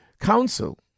council